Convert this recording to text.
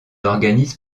organise